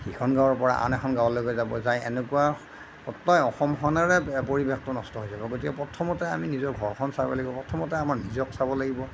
সিখন গাঁৱৰ পৰা আন এখন গাঁৱলৈকে যাব যায় এনেকুৱা গোটেই অসমখনৰে পৰিৱেশটো নষ্ট হৈ যাব গতিকে প্ৰথমতে আমি নিজৰ ঘৰখন চাব লাগিব প্ৰথমতে আমাক নিজক চাব লাগিব